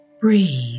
Breathe